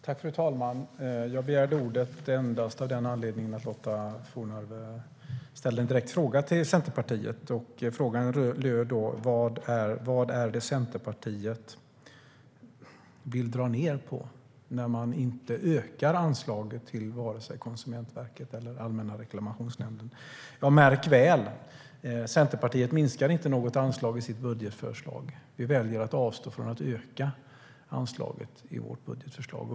Fru talman! Jag begärde replik endast med anledning av att Lotta Johnsson Fornarve ställde en direkt fråga till Centerpartiet. Frågan löd: Vad är det Centerpartiet vill dra ned på när man inte ökar anslaget till vare sig Konsumentverket eller Allmänna reklamationsnämnden? Märk väl: Centerpartiet minskar inte något anslag i sitt budgetförslag. Vi väljer att avstå från att öka anslaget i vårt budgetförslag.